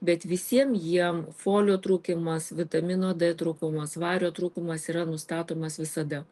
bet visiem jiem folio trūkumas vitamino d trūkumas vario trūkumas yra nustatomas visada